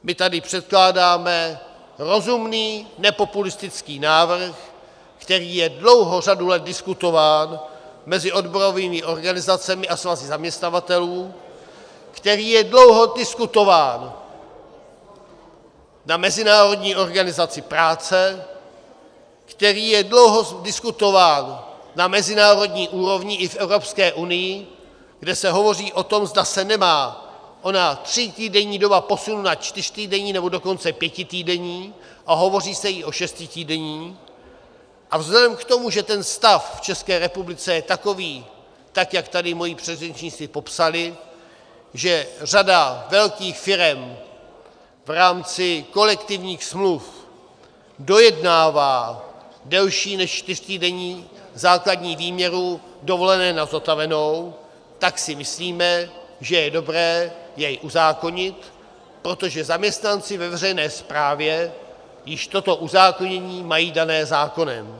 My tady předkládáme rozumný nepopulistický návrh, který je dlouhou řadu let diskutován mezi odborovými organizacemi a svazy zaměstnavatelů, který je dlouho diskutován na Mezinárodní organizaci práce, který je dlouho diskutován na mezinárodní úrovni i v Evropské unii, kde se hovoří o tom, zda se nemá ona třítýdenní doba posunout na čtyřtýdenní, nebo dokonce pětitýdenní, a hovoří se i o šestitýdenní, a vzhledem k tomu, že ten stav v České republice je takový, jak tady moji předřečníci popsali, že řada velkých firem v rámci kolektivních smluv dojednává delší než čtyřtýdenní základní výměru dovolené na zotavenou, tak si myslíme, že je dobré jej uzákonit, protože zaměstnanci ve veřejné správě již toto uzákonění mají dané zákonem.